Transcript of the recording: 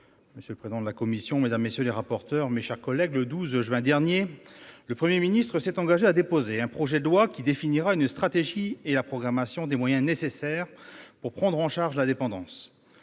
Madame la présidente, madame la ministre, monsieur le secrétaire d'État, mes chers collègues, le 12 juin dernier, le Premier ministre s'est engagé à déposer un projet de loi qui définira une stratégie et la programmation des moyens nécessaires pour prendre en charge la dépendance.